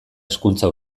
hezkuntza